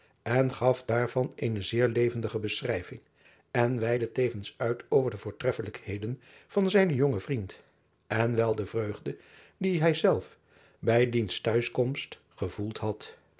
en gaf daarvan eene zeer levendige beschrijving en weidde tevens uit over de voortreffelijkheden van zijnen jongen vriend en wel de vreugde die hij zelf bij diens te huiskomst gevoeld had